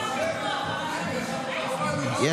לא, לא, שירד.